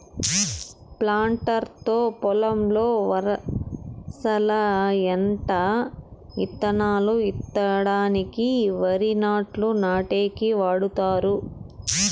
planter తో పొలంలో వరసల ఎంట ఇత్తనాలు ఇత్తడానికి, వరి నాట్లు నాటేకి వాడతారు